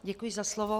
Děkuji za slovo.